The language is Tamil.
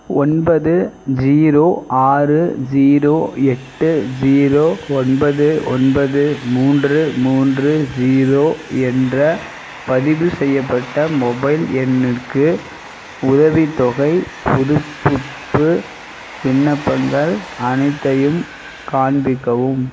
ஒன்பது ஜீரோ ஆறு ஜீரோ எட்டு ஜீரோ ஒன்பது ஒன்பது மூன்று மூன்று ஜீரோ என்ற பதிவுசெய்யப்பட்ட மொபைல் எண்ணுக்கு உதவித்தொகைப் புதுப்பிப்பு விண்ணப்பங்கள் அனைத்தையும் காண்பிக்கவும்